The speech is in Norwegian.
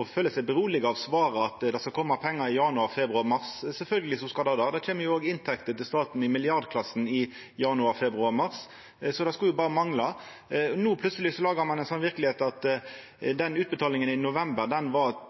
av svaret, at det skal koma pengar i januar, februar og mars. Sjølvsagt skal det det. Det kjem òg inntekter til staten i milliardklassen i januar, februar og mars, så det skulle jo berre mangla. No lagar ein plutseleg ei verkelegheit om at den utbetalinga i november med hensikt skulle vara veldig lenge og var